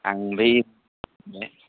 आं बै